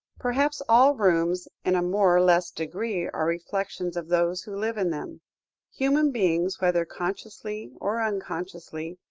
perhaps all rooms in a more or less degree are reflections of those who live in them human beings, whether consciously or unconsciously,